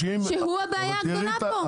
שהוא הבעיה הגדולה פה.